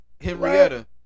Henrietta